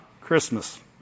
Christmas